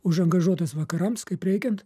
užangažuotas vakarams kaip reikiant